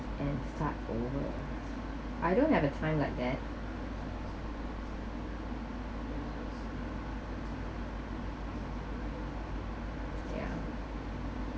and start over I don't have a time like that ya